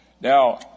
now